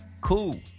Cool